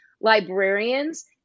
librarians